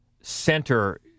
center